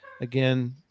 again